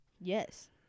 Yes